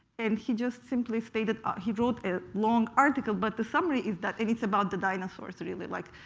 and he just simply stated he wrote a long article, but the summary is that it is about the dinosaurs, really. like,